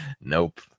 nope